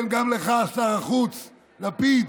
כן, גם אליך, שר החוץ לפיד.